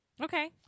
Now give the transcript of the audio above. Okay